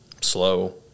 slow